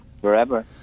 forever